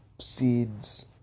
seeds